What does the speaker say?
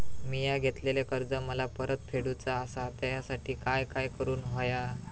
मिया घेतलेले कर्ज मला परत फेडूचा असा त्यासाठी काय काय करून होया?